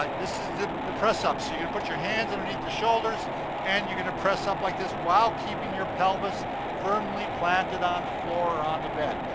like this is the the press up so you're gonna put your hands underneath the shoulders and you're gonna press up like this while keeping your pelvis firmly planted on the floor or on the bed.